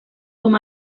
com